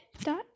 Dot